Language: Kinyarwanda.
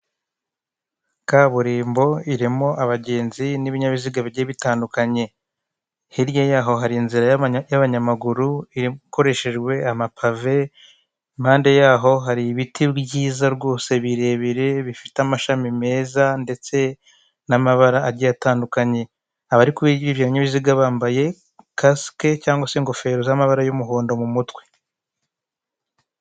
Kaburimbo irimo abagenzi n'ibinyabiziga bigiye bitandukanye, hirya yaho hari inzira y'abanyamaguru ikoreshejwe amapave impande yaho hari ibiti byiza rwose birebire bifite amashami meza ndetse n'amabara agiye atandukanye, abari kuri ibyo ibinyabiziga bambaye kasike cyangwa se ingofero z'amabara y'umuhondo mu mutwe.